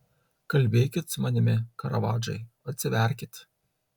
kalbėkit su manimi karavadžai atsiverkit